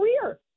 career